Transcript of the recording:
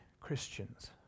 Christians